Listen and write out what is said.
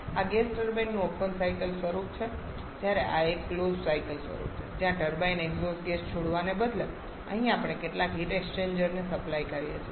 આ ગેસ ટર્બાઇનનું open cycle સ્વરૂપ છે જ્યારે આ એક ક્લોઝ સાયકલ સ્વરૂપ છે જ્યાં ટર્બાઇનમાં એક્ઝોસ્ટ ગેસ છોડવાને બદલે અહીં આપણે કેટલાક હીટ એક્સ્ચેન્જર ને સપ્લાય કરીએ છીએ